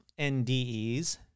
NDEs